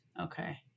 Okay